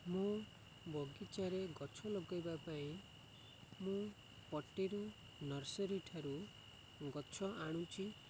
ମୁଁ ବଗିଚାରେ ଗଛ ଲଗେଇବା ପାଇଁ ମୁଁ ପଟିରୁ ନର୍ସରୀଠାରୁ ଗଛ ଆଣୁଛିି